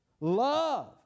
Love